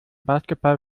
basketball